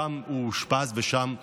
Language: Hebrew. שם הוא אושפז ושם גם,